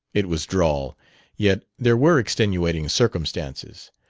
it was droll yet there were extenuating circumstances.